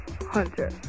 Hunter